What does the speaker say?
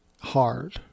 hard